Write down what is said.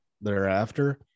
thereafter